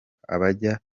abajya